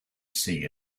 sea